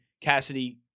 Cassidy